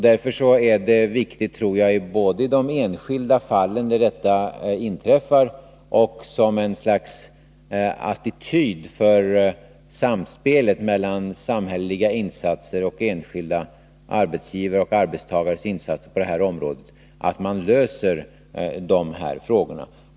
Därför är det viktigt — både i de enskilda fallen och som ett slags attityd för samspelet mellan samhälleliga insatser och enskilda arbetsgivare och arbetstagares insatser på det här området — att lösa de här frågorna.